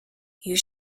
you